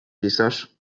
pisarz